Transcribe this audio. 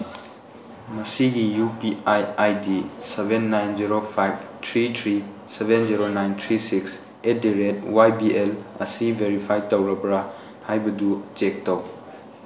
ꯃꯁꯤꯒꯤ U P I I D seven nine zero five three three seven zero nine three six at the rate Y B L ꯑꯁꯤ verified ꯇꯧꯔꯕ꯭ꯔꯥ ꯍꯥꯏꯕꯗꯨ check ꯇꯧ